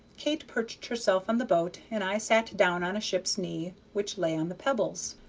kate perched herself on the boat, and i sat down on a ship's knee which lay on the pebbles.